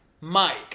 mike